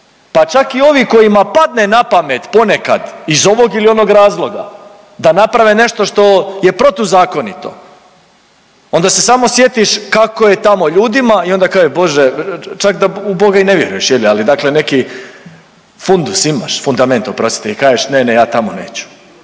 pa čak i ovi kojima padne na pamet ponekad iz ovog ili onog razloga da naprave nešto što je protuzakonito onda se samo sjetiš kako je tamo ljudima i onda kažeš Bože, čak da u Boga i ne vjeruješ je li, ali dakle neki fundus imaš, fundamet oprostite i kažeš, ne, ne ja tamo neću.